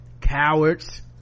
Cowards